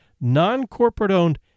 non-corporate-owned